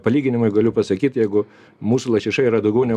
palyginimui galiu pasakyt jeigu mūsų lašiša yra daugiau nei